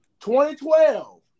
2012